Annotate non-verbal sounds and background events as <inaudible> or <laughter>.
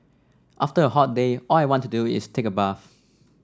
after a hot day all I want to do is take a bath <noise>